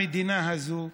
המדינה הזאת,